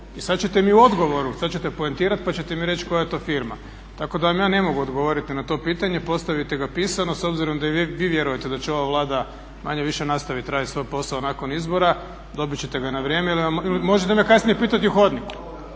I sad ćete mi u odgovoru, sad ćete poentirati pa ćete mi reći koja je to firma. Tako da vam ja ne mogu odgovoriti na to pitanje. Postavite ga pisano. S obzirom da i vjerujete da će ova Vlada manje-više nastaviti radit svoj posao nakon izbora, dobit ćete ga na vrijeme ili možete me kasnije pitati u hodniku.